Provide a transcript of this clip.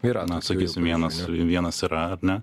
yra na sakysim vienas vienas yra ar ne